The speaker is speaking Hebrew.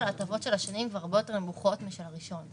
ההטבות של השני היא שהן כבר הרבה יותר נמוכות מאשר של הראשון.